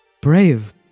brave